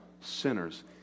sinners